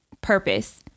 purpose